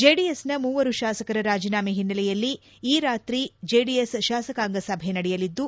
ಜೆಡಿಎಸ್ನ ಮೂವರು ಶಾಸಕರ ರಾಜೀನಾಮೆ ಹಿನ್ನೆಲೆಯಲ್ಲಿ ಈ ರಾತ್ರಿ ಜೆಡಿಎಸ್ ಶಾಸಕಾಂಗ ಸಭೆ ನಡೆಯಲಿದ್ದು